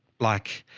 like,